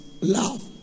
love